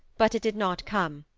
but it did not come.